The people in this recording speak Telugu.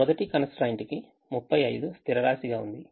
మొదటి constraint కి 35 స్థిరరాశి గా ఉంది